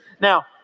now